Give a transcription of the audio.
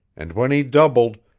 and when he doubled,